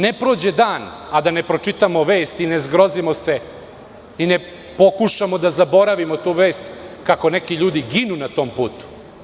Ne prođe dan, a da ne pročitamo vest i ne zgrozimo se i ne pokušamo da zaboravimo tu vest kako neki ljudi ginu na tom putu.